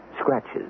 scratches